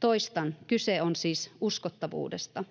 Toistan: kyse on siis uskottavuudesta.